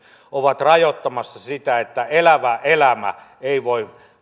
ovat rajoittamassa sitä että elävä elämä ei voi